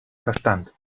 verstand